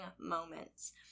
moments